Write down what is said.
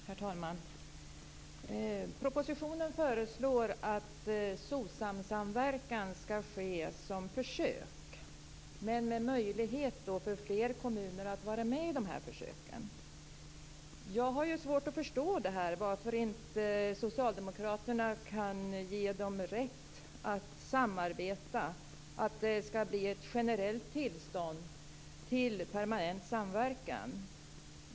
Herr talman! I propositionen föreslås att SOSAM samverkan skall ske som försök, men med möjlighet för fler kommuner att vara med i försöken. Jag har svårt att förstå varför inte socialdemokraterna kan ge dem rätt att samarbeta, varför de inte ger ett generellt tillstånd till permanent samverkan.